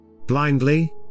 Blindly